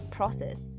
process